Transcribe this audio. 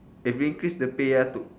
and increase the pay ah to